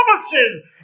promises